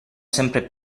sempre